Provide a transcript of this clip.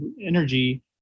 energy